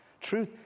Truth